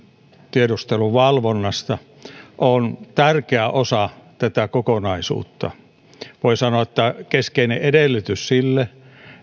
tiedusteluvalvonnasta ovat tärkeä osa kokonaisuutta voi sanoa että keskeinen edellytys sille